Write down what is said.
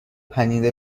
پنیر